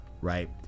right